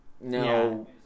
no